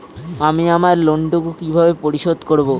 আমি আমার লোন টুকু কিভাবে পরিশোধ করব?